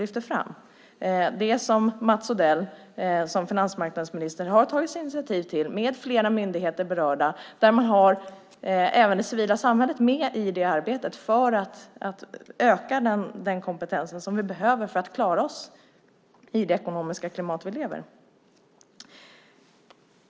Mats Odell har som finansmarknadsminister tagit initiativ, med flera myndigheter berörda, där även det civila samhället är med för att öka den kompetens som vi behöver för att klara oss i det ekonomiska klimat vi lever i.